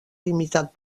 imitat